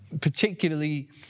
particularly